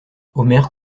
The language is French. omer